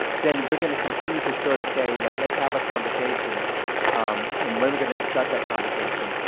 then we're going to continue to sort of say, like let's have a conversation and when we're going to start that conversation.